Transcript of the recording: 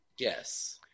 Yes